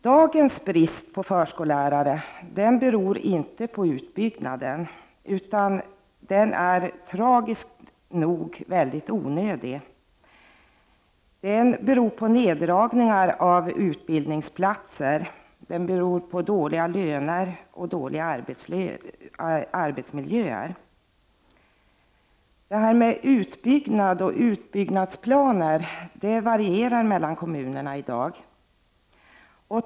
Dagens brist på förskollärare beror inte på utbyggnaden, utan den är tragiskt nog helt onödig. Den beror på neddragningar av utbildningsplatser, på dåliga löner och dåliga arbetsmiljöer. Utbyggnaden och utbyggnadsplanerna varierar mellan kommunerna i dag.